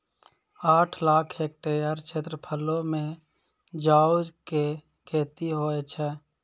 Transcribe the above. आठ लाख हेक्टेयर क्षेत्रफलो मे जौ के खेती होय छै